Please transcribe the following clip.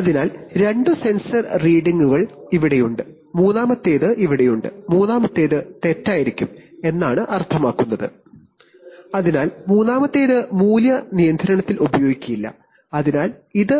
അതിനാൽ രണ്ട് സെൻസർ റീഡിംഗുകൾ ഇവിടെയുണ്ട് മൂന്നാമത്തേത് ഇവിടെയുണ്ട് മൂന്നാമത്തേത് തെറ്റായിരിക്കാം എന്നാണ് അർത്ഥമാക്കുന്നത് അതിനാൽ മൂന്നാമത്തേത് മൂല്യം നിയന്ത്രണത്തിൽ ഉപയോഗിക്കില്ല അതിനാൽ ഇത്